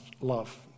love